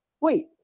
wait